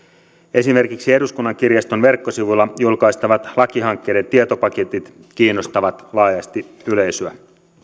esimerkiksi eduskunnan kirjaston verkkosivuilla julkaistavat lakihankkeiden tietopaketit kiinnostavat laajasti yleisöä